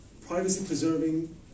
privacy-preserving